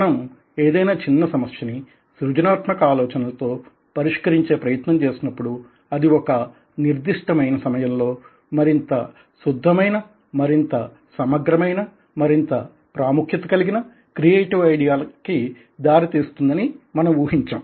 మనం ఏదైనా చిన్న సమస్యని సృజనాత్మక ఆలోచనలతో పరిష్కరించే ప్రయత్నం చేసినప్పుడు అది ఒక నిర్దిష్టమైన సమయంలో మరింత శుద్ధమైన మరింత సమగ్రమైన మరింత ప్రాముఖ్యత కలిగిన క్రియేటివ్ ఐడియా కి దారి తీస్తుందని మనం ఊహించం